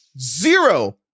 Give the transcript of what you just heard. zero